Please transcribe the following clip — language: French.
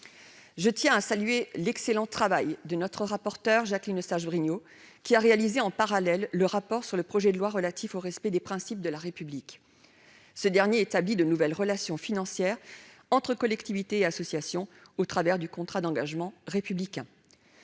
Je tiens à saluer l'excellent travail de Jacqueline Eustache-Brinio, qui a réalisé, en parallèle, le rapport sur le projet de loi relatif au respect des principes de la République. Ce dernier établit de nouvelles relations financières entre collectivités et associations, au travers du contrat d'engagement républicain.